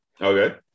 Okay